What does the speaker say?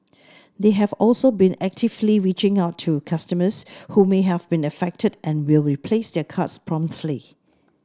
they have also been actively reaching out to customers who may have been affected and will replace their cards promptly